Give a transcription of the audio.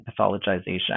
pathologization